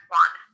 one